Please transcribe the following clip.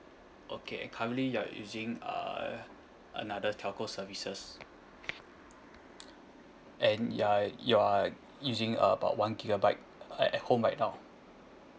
okay and currently you're using uh another telco services and you're you're using uh about one gigabyte at home right now